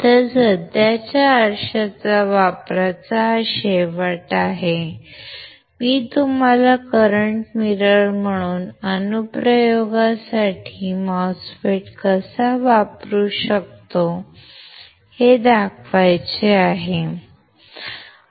तर सध्याच्या आरशाच्या वापराचा हा शेवट आहे मी तुम्हाला करंट मिरर म्हणून अनुप्रयोगासाठी MOSFET कसा वापरू शकतो हे दाखवायचे होते